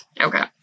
Okay